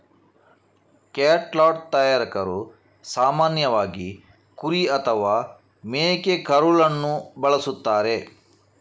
catgut ತಯಾರಕರು ಸಾಮಾನ್ಯವಾಗಿ ಕುರಿ ಅಥವಾ ಮೇಕೆಕರುಳನ್ನು ಬಳಸುತ್ತಾರೆ